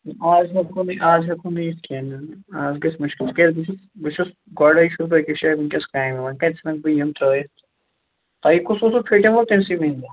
اَز ہیٚکو نہٕ اَز ہیٚکو نہٕ یِتھ کیٚنٛہہ نہ نہ اَز گَژھِ مُشکِل تہِ کیٛازِ بہٕ چھُس بہٕ چھُس گۄڈے چھُس بہٕ أکِس جایہِ وُنۍکیٚنس کامہِ وۅنۍ کَتہِ ژھٕنَک بہٕ یِم ترٛٲوِتھ تۄہہِ کُس اوسوٕ فِٹینگ وول تٔمسٕے ؤنِو